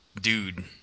dude